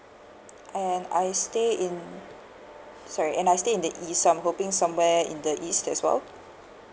and I stay in sorry and I stay in the east so I'm hoping somewhere in the east as well